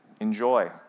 enjoy